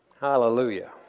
Hallelujah